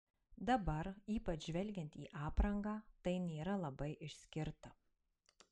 dabar ypač žvelgiant į aprangą tai nėra labai išskirta